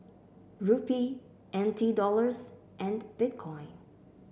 Rupee N T Dollars and Bitcoin